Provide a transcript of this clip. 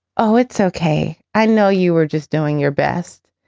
oh, it's ok. i know you were just doing your best